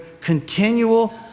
continual